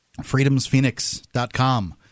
FreedomsPhoenix.com